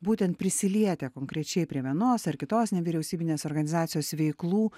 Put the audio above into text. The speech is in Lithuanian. būtent prisilietę konkrečiai prie vienos ar kitos nevyriausybinės organizacijos veiklų